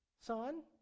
son